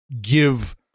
give